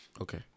Okay